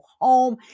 home